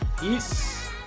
peace